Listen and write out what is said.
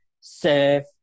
serve